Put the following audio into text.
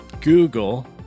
Google